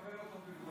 מרצ תקבל אותו בברכה.